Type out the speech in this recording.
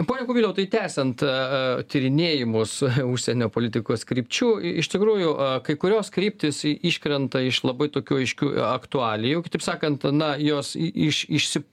pone kubiliau tai tęsiant tyrinėjimus užsienio politikos krypčių iš tikrųjų kai kurios kryptys iškrenta iš labai tokių aiškių aktualijų kitaip sakant na jos i iš išsi